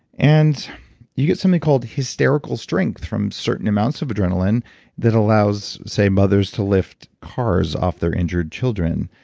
and you get something called hysterical strength from certain amounts of adrenaline that allows, say mothers to lift cars off their injured children.